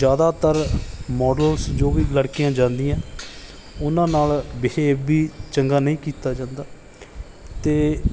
ਜ਼ਿਆਦਾਤਰ ਮੋਡਲਸ ਜੋ ਵੀ ਲੜਕੀਆਂ ਜਾਂਦੀਆਂ ਉਹਨਾਂ ਨਾਲ ਬਿਹੇਵ ਵੀ ਚੰਗਾ ਨਹੀਂ ਕੀਤਾ ਜਾਂਦਾ ਅਤੇ